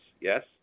Yes